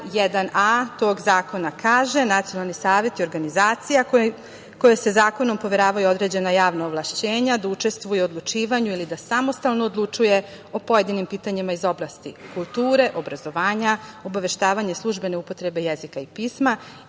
1a tog zakona kaže: „Nacionalni savet je organizacija kojom se zakonom poveravaju određena javna ovlašćenja da učestvuje u odlučivanju ili da samostalno odlučuje o pojedinim pitanjima iz oblasti kulture, obrazovanja, obaveštavanja službene upotrebe jezika i pisma